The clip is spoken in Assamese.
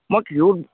মই ক্ষীৰোদ